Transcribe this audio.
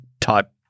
type